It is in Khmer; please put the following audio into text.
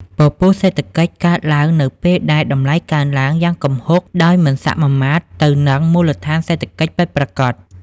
ពពុះសេដ្ឋកិច្ចកើតឡើងនៅពេលដែលតម្លៃកើនឡើងយ៉ាងគំហុកដោយមិនសមាមាត្រទៅនឹងមូលដ្ឋានសេដ្ឋកិច្ចពិតប្រាកដ។